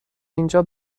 اینجا